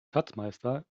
schatzmeister